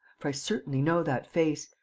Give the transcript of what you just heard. for i certainly know that face,